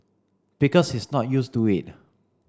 because he's not used to it